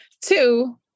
Two